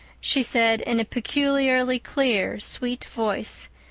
she said in a peculiarly clear, sweet voice.